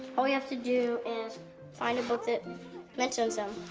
all we have to do is find a book that mentions him.